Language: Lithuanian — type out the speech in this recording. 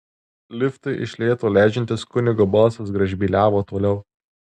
liftui iš lėto leidžiantis kunigo balsas gražbyliavo toliau